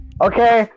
Okay